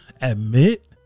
admit